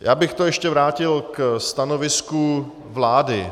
Já bych to ještě vrátil ke stanovisku vlády.